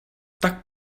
tak